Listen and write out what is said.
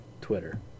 Twitter